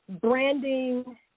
branding